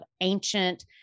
ancient